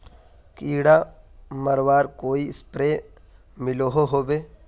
कीड़ा मरवार कोई स्प्रे मिलोहो होबे?